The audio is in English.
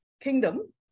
kingdom